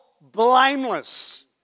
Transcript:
blameless